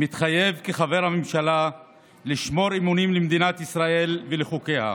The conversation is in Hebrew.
מתחייב כחבר הממשלה לשמור אמונים למדינת ישראל ולחוקיה,